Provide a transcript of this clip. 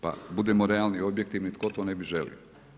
Pa budimo realni i objektivni, tko to ne bi želio?